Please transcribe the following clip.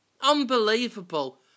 Unbelievable